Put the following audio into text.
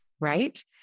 right